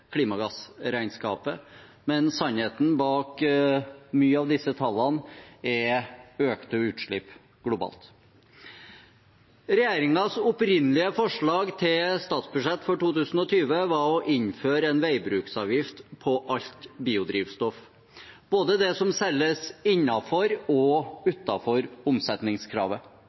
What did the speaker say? klimagassregnskapet, men sannheten bak mange av disse tallene er økte utslipp globalt. Regjeringens opprinnelige forslag til statsbudsjett for 2020 var å innføre en veibruksavgift på alt biodrivstoff, både det som selges innenfor, og det som selges utenfor omsetningskravet.